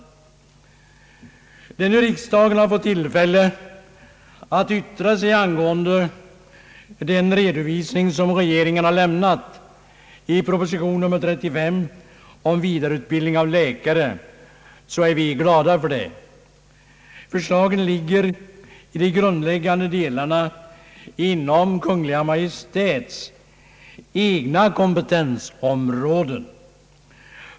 När nu riksdagen har fått tillfälle att yttra sig angående den redovisning som regeringen har lämnat i proposition nr 35 om vidareutbildning av läkare, så är vi glada för det. Förslagen ligger i de grundläggande delarna inom Kungl. Maj:ts eget kompetensområde.